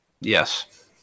Yes